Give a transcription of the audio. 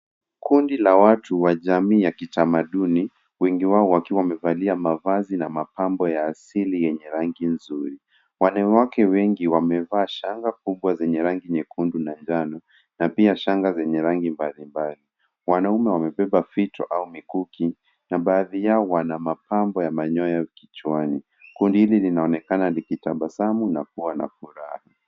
Kundi la watu wa jamii ya kitamaduni, wengi wao wakiwa wamevalia mavazi na mapambo ya asili yenye rangi nzuri. Wanawake wengi wamevaa shanga kubwa zenye rangi nyekundu na njano, na pia shanga zenye rangi mbalimbali. Wanaume wamebeba vitu au mikuki, na baadhi yao wana mapambo ya manyoya kichwani. Kundi hili linaonekana likitabasamu na kuwa na furaha.